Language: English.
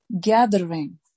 Gathering